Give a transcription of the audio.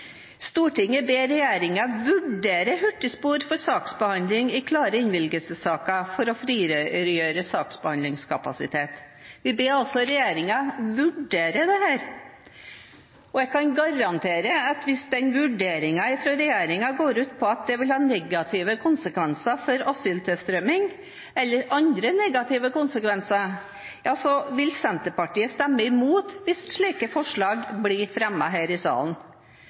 Stortinget ber regjeringen «vurdere hurtigspor for saksbehandling i klare innvilgelsessaker for å frigjøre saksbehandlingskapasitet». Vi ber altså regjeringen «vurdere» dette, og jeg kan garantere at hvis den vurderingen fra regjeringen går ut på at det vil ha negative konsekvenser for asyltilstrømningen eller andre negative konsekvenser, vil Senterpartiet stemme imot hvis slike forslag blir fremmet her i salen.